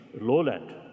lowland